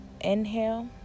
Inhale